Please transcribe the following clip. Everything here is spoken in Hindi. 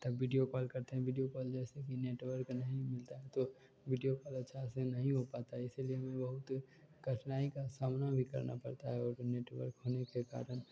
तब वीडियो कॉल करते हैं वीडियो कॉल जैसे कि नेटवर्क नहीं मिलता तो विडियो कॉल अच्छा से नहीं हो पाता है इसीलिए मैं बहुत कठिनाई का सामना भी करना पड़ता है और नेटवर्क होने के कारण